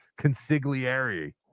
consigliere